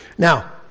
Now